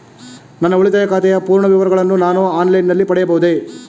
ನನ್ನ ಉಳಿತಾಯ ಖಾತೆಯ ಪೂರ್ಣ ವಿವರಗಳನ್ನು ನಾನು ಆನ್ಲೈನ್ ನಲ್ಲಿ ಪಡೆಯಬಹುದೇ?